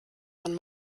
von